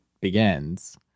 begins